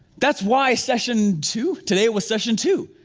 that's why session two, today it was session two.